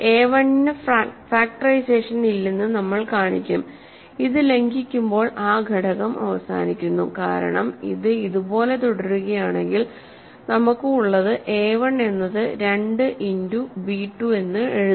a1 ന് factorisation ഇല്ലെന്നു നമ്മൾ കാണിക്കും ഇത് ലംഘിക്കുമ്പോൾ ആ ഘടകം അവസാനിക്കുന്നു കാരണം ഇത് ഇതുപോലെ തുടരുകയാണെങ്കിൽ നമുക്ക് ഉള്ളത് a1 എന്നത് 2 ഇന്റു b 2 എന്ന് എഴുതാം